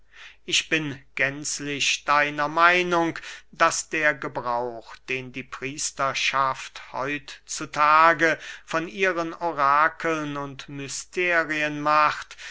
ich bin gänzlich deiner meinung daß der gebrauch den die priesterschaft heut zu tage von ihren orakeln und mysterien macht